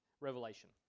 Revelation